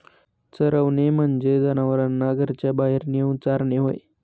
चरवणे म्हणजे जनावरांना घराच्या बाहेर नेऊन चारणे होय